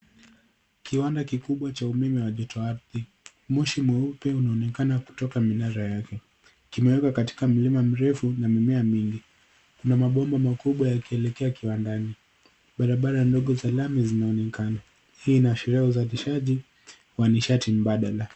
Kiwanda kikubwa cha umeme wa joto ardhi. Moshi mweupe unaonekana kutoka minara yake. Kimewekwa katika mlima mrefu na mimea mingi. Kuna mabomba makubwa yakielekea kiwandani. Barabara ndogo za lami zinaonekana. Hii inaashiria uzalishaji wa nishati mbadala.